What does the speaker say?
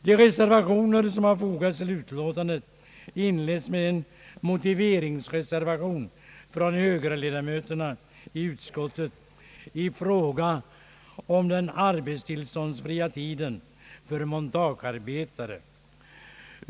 De reservationer som har fogats till utlåtandet inleds med en motiveringsreservation från högerledamöterna i utskottet i fråga om den arbetstillståndsfria tiden för montagearbetare.